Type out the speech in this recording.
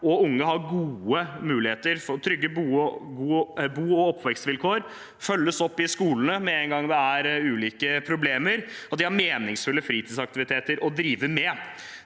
og unge har gode muligheter for trygge bo- og oppvekstvilkår, følges opp i skolen med en gang det er ulike problemer, og har meningsfulle fritidsaktiviteter å drive med.